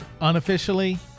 Unofficially